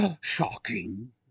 shocking